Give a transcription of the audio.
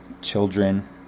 children